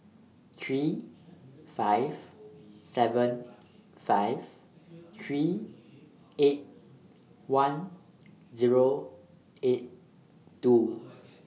three five seven five three eight one Zero eight two